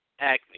acne